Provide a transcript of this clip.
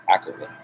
accurately